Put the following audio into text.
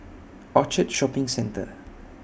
Orchard Shopping Centre